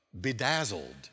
bedazzled